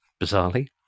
bizarrely